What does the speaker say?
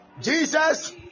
Jesus